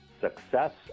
success